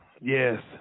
Yes